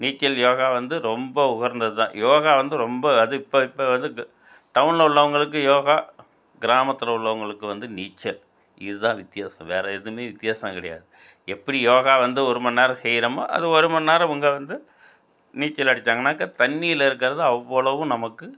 நீச்சல் யோகா வந்து ரொம்ப உகந்தது தான் யோகா வந்து ரொம்ப அதுவும் இப்போ இப்போ வந்து இது டவுனில் உள்ளவங்களுக்கு யோகா கிராமத்தில் உள்ளவங்களுக்கு வந்து நீச்சல் இது தான் வித்தியாசம் வேறு எதுவுமே வித்தியாசம் கிடையாது எப்படி யோகா வந்து ஒரு மணி நேரம் செய்கிறமோ அது ஒரு மணி நேரம் உங்கள் வந்து நீச்சல் அடிச்சாங்கன்னாக்க தண்ணியில் இருக்கிறது அவ்வளவும் நமக்கு